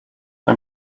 how